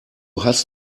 hast